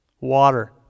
water